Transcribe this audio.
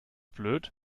blöd